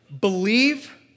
Believe